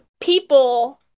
people